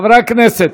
חברי הכנסת,